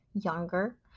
younger